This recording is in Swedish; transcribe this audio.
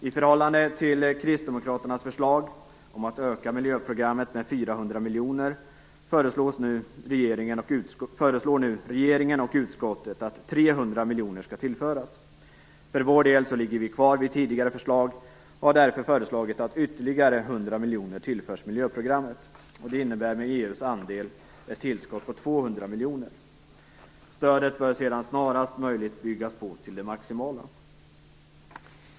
I förhållande till Kristdemokraternas förslag om att öka miljöprogrammet med 400 miljoner föreslår nu regeringen och utskottet att 300 miljoner skall tillföras. För vår del håller vi fast vid tidigare förslag. Vi har därför föreslagit att ytterligare 100 miljoner tillförs miljöprogrammet. Det innebär med EU:s andel ett tillskott på 200 miljoner. Stödet bör sedan snarast möjligt byggas på till det maximala.